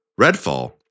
Redfall